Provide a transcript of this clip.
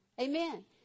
Amen